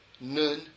Nun